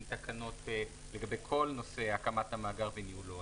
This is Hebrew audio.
תקנות לגבי כל נושא הקמת המאגר וניהולו.